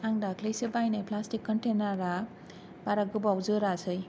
आं दाख्लैसो बायनाय फ्लास्तिक कन्थेनारा बारा गोबाव जोरासै